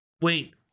Wait